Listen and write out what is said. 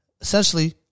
essentially